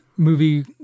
Movie